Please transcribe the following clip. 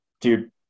dude